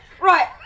right